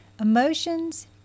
Emotions